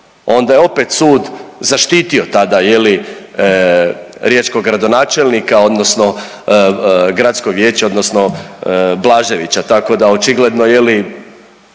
onda je opet sud zaštitio tada je li riječkog gradonačelnika odnosno gradsko vijeće odnosno Blaževića, tako da očigledno je li